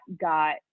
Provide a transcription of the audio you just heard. got